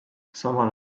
samal